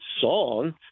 song